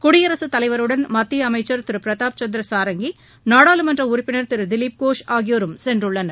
குடியரசுத் தலைவருடன் மத்திய அமைச்சர் திரு பிரதாப் சந்திர சாரங்கி நாடாளுமன்ற உறுப்பினர் திரு திலிப் கோஷ் ஆகியோரும் சென்றுள்ளனர்